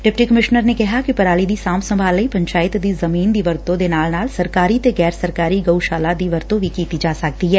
deputy commissioner ਨੇ ਕਿਹਾ ਕਿ ਪਰਾਲੀ ਦੀ ਸਾਂਭ ਸੰਭਾਲ ਲਈ ਪੰਚਾਇਤ ਦੀ ਜ਼ਮੀਨ ਦੀ ਵਰਤੋਂ ਦੇ ਨਾਲ ਨਾਲ ਸਰਕਾਰੀ ਤੇ ਗੈਰ ਸਰਕਾਰੀ ਗਊਸ਼ਾਲਾ ਦੀ ਵਰਤੋਂ ਕੀਤੀ ਜਾ ਸਕਦੀ ਐ